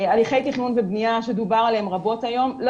הליכי תכנון ובנייה שדובר עליהם רבות היום לא